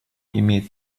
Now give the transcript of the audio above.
имеет